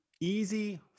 easy